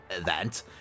event